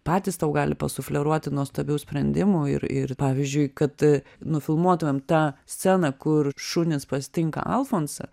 patys tau gali pasufleruoti nuostabių sprendimų ir ir pavyzdžiui kad nufilmuotumėm tą sceną kur šunys pasitinka alfonsą